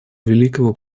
великого